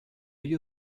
you